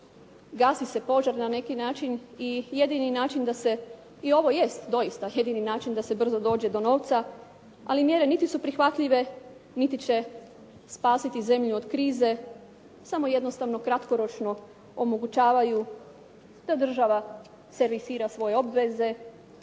način i jedini način da se, i ovo jest doista jedini način da se brzo dođe do novca, ali mjere niti su prihvatljive, niti će spasiti zemlju od krize. Samo jednostavno kratkoročno omogućavaju da država servisira svoje obveze,